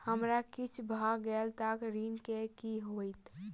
हमरा किछ भऽ गेल तऽ ऋण केँ की होइत?